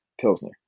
Pilsner